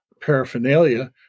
paraphernalia